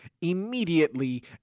immediately